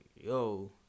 yo